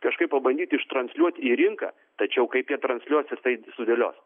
kažkaip pabandyti ištransliuot į rinką tačiau kaip jie transliuos ir tai sudėlios